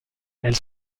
elles